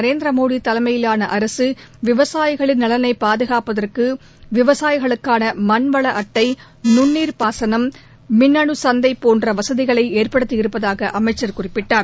நரேந்திர மோடி தலைமயிலான அரசு விவசாயிகளின் நலனைப் பாதுகாப்பதற்கு விவசாயிகளுக்கான மண் வள அட்டை நுண் நீர் விவசாயம் மிண்ணனு சந்தை போன்ற வசதிகளை ஏற்படுத்தியிருப்பதாக அமைச்சர் தெரிவித்தார்